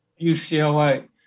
UCLA